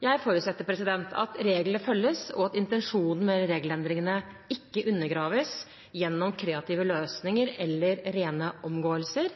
Jeg forutsetter at reglene følges, og at intensjonen med regelendringene ikke undergraves gjennom kreative løsninger eller rene omgåelser.